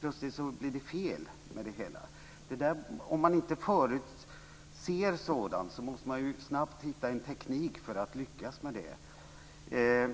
Plötsligt blir det fel med det hela. Om man inte förutser sådant måste man ju snabbt hitta en teknik för att lyckas med det.